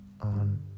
on